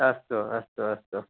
अस्तु अस्तु अस्तु